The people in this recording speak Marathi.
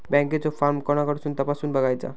बँकेचो फार्म कोणाकडसून तपासूच बगायचा?